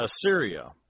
Assyria